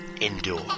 Endure